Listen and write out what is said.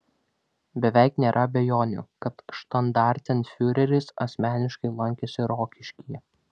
beveik nėra abejonių kad štandartenfiureris asmeniškai lankėsi rokiškyje